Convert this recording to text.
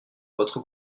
votre